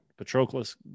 patroclus